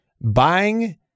buying